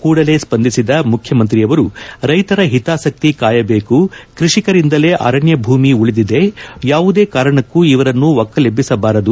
ಕೂಡಲೇ ಸ್ವಂದಿಸಿದ ಮುಖ್ಯಮಂತ್ರಿ ಅವರು ರೈತರ ಹಿತಾಸಕ್ತಿ ಕಾಯಬೇಕು ಕೃಷಿಕರಿಂದಲೇ ಅರಣ್ಣ ಭೂಮಿ ಉಳಿದಿದೆ ಯಾವುದೇ ಕಾರಣಕ್ಕೂ ಇವರನ್ನು ಒಕ್ಕಲೆಬ್ಬಿಸಬಾರದು